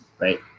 right